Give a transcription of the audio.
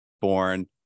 born